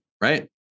right